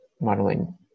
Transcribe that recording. modeling